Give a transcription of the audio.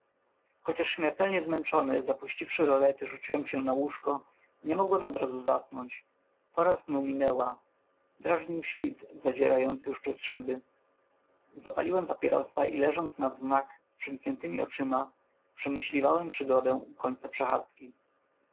chociaż śmiertelnie zmęczony zapuściwszy rolety rzuciłem się na łóżko nie mogłem odrazu zasnąć pora snu minęła drażnił świt zazierający już przez szyby zapaliłem papierosa i leżąc na wznak z przymkniętemi oczyma przemyśliwałem przygodę u końca przechadzki